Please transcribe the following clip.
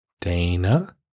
Dana